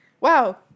Wow